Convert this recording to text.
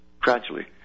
gradually